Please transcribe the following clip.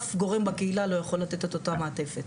אף גורם בקהילה לא יכול לתת את אותה מעטפת,